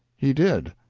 he did.